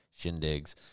shindigs